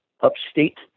Upstate